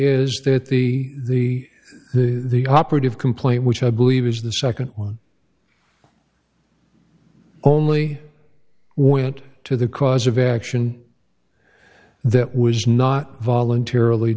is that the the the operative complaint which i believe is the nd one only went to the cause of action that was not voluntarily